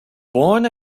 born